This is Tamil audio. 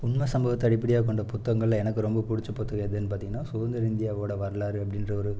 உண்மை சம்பவத்தை அடிப்படையாக கொண்ட புத்தகங்களில் எனக்கு ரொம்ப பிடிச்ச புத்தகம் எதுன்னு பார்த்திங்கன்னா சுகந்திர இந்தியாவோட வரலாறு அப்படின்ற ஒரு